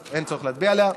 אז אין צורך להצביע עליה.